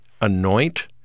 anoint